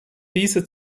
diese